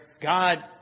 God